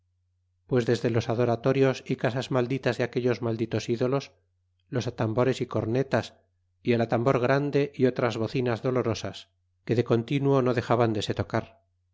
pues desde los adoratorios y casas malditas de aquellos malditos idolos los atambores y cometas y el atambor grande y otras bocinas dolorosas que de continuo no dexaban de se tocar